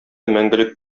мәңгелек